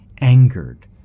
angered